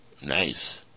Nice